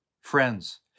Friends